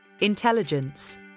intelligence